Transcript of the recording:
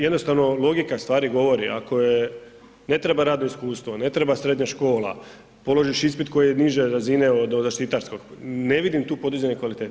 Jednostavno logika stvari govori, ako je, ne treba radno iskustvo, ne treba srednja škola, položiš ispit koji je niže razine od zaštitarskog, ne vidim tu podizanje kvalitete.